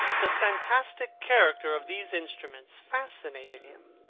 the fantastic character of these instruments fascinated him,